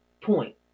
Point